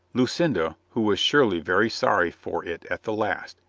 lucinda, who was surely very sorry for it at the last,